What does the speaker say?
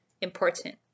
important